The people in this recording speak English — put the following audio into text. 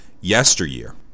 yesteryear